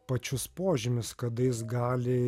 pačius požymius kada jis gali